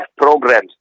programs